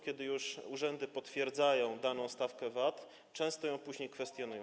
Kiedy urzędy potwierdzają daną stawkę VAT, często ją później kwestionują.